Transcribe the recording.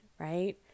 right